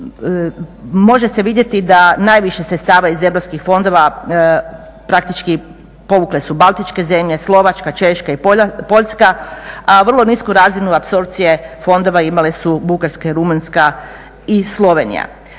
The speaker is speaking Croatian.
može se vidjeti da najviše sredstava iz Europskih fondova praktički povukle su Baltičke zemlje, Slovačka, Češka i Poljska a vrlo nisku razinu apsorcije fondova imale su Bugarska i Rumunjska i Slovenija.